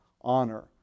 honor